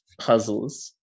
puzzles